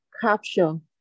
Caption